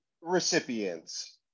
recipients